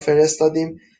فرستادیم